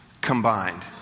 combined